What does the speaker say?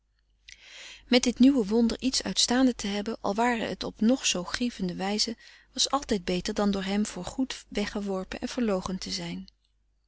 met dit nieuwe wonder iets uitstaande te hebben al ware het op nog zoo grievende wijze was altijd beter dan door hem voor goed weggeworpen en verloochend te zijn